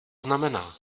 znamená